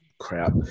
crap